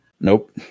Nope